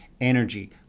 energy